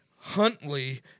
Huntley